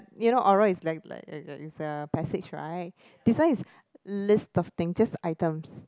you know oral is like like like like the passage right this one is list of thing just items